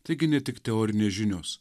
taigi ne tik teorinės žinios